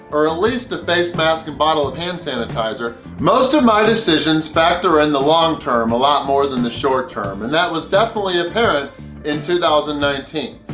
or at least a face mask and bottle of hand sanitizer. most of my decisions factor in the long term a lot more than the short term, and that was definitely apparent in two thousand and nineteen.